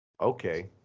Okay